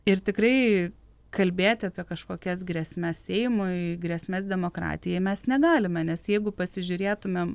ir tikrai kalbėti apie kažkokias grėsmes seimui grėsmes demokratijai mes negalime nes jeigu pasižiūrėtumėm